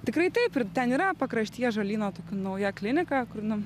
tikrai taip ir ten yra pakrašty ąžuolyno tokia nauja klinika kur nu